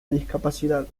discapacidad